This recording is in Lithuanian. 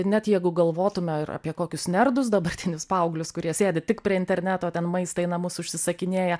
net jeigu galvotume ir apie kokius nerdus dabartinius paauglius kurie sėdi tik prie interneto ten maistą į namus užsisakinėja